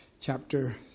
Chapter